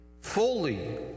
fully